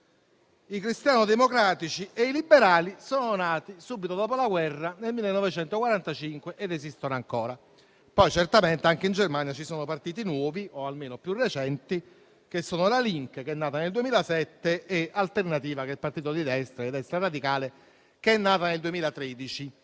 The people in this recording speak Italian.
i cristiano-democratici e i liberali sono nati subito dopo la guerra nel 1945 ed esistono ancora; poi certamente anche in Germania ci sono partiti nuovi o almeno più recenti, come la Linke, che è nata nel 2007, e il partito di destra radicale Alternative für